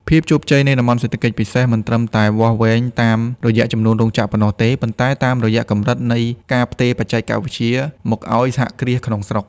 ភាពជោគជ័យនៃ តំបន់សេដ្ឋកិច្ចពិសេស មិនត្រឹមតែវាស់វែងតាមរយៈចំនួនរោងចក្រប៉ុណ្ណោះទេ ប៉ុន្តែតាមរយៈកម្រិតនៃ "ការផ្ទេរបច្ចេកវិទ្យា" មកឱ្យសហគ្រាសក្នុងស្រុក។